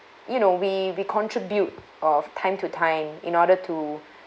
you know we we contribute of time to time in order to